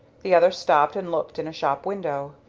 the other stopped and looked in a shop window.